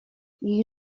jej